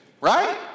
Right